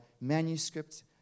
manuscripts